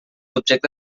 objecte